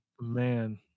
Man